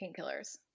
painkillers